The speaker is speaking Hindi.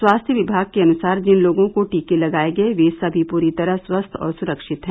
स्वास्थ्य विभाग के अनुसार जिन लोगों को टीके लगाये गये वे सभी पूरी तरह स्वस्थ और सुरक्षित हैं